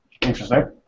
Interesting